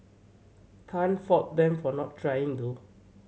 can't fault them for not trying though